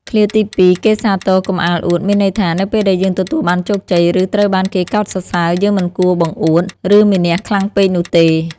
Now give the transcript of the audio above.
ឃ្លាទីពីរ "គេសាទរកុំអាលអួត" មានន័យថា នៅពេលដែលយើងទទួលបានជោគជ័យ ឬត្រូវបានគេកោតសរសើរ យើងមិនគួរបង្អួត ឬមានះខ្លាំងពេកនោះទេ។